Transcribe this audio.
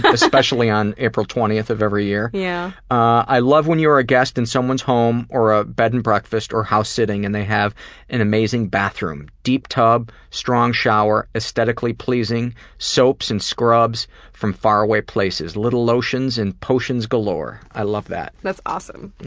but especially on april twentieth of every year yeah i love when you're a guest in someone's home or a bed and breakfast or house sitting and they have an amazing bathroom deep tub, strong shower, aesthetically pleasing soaps and scrubs from faraway places, little lotions and potions galore. i love that. that's awesome.